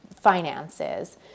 finances